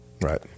Right